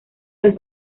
los